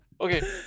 okay